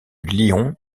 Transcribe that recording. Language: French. lion